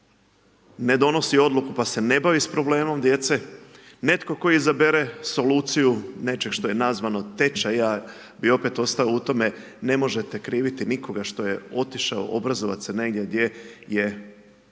ne donosi odluku pa se ne bavi s problemom djece, netko tko izabere soluciju nečeg što je nazvano tečaj, ja bih opet je ostao u tome ne možete kriviti nikoga što je otišao obrazovati se negdje je po